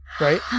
Right